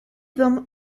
them